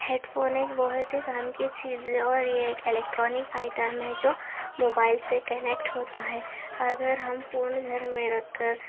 head phone ایک بہت ہی کام کی چیز ہے اور یہ ایک الیکٹرانک آئٹم ہے جو موبائل سے کنیکٹ ہوتا ہے اگر ہم فون گھر میں رکھ کر